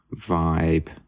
vibe